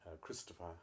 Christopher